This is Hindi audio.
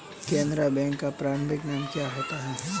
केनरा बैंक का प्रारंभिक नाम क्या था?